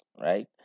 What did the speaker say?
right